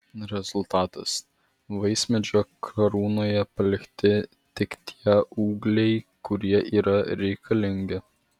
rezultatas vaismedžio karūnoje palikti tik tie ūgliai kurie yra reikalingi